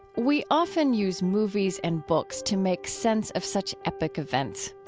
we often use movies and books to make sense of such epic events.